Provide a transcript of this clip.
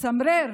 מצמרר